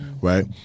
Right